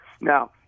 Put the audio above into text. Now